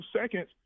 seconds